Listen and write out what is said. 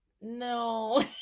No